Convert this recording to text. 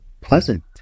pleasant